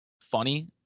funny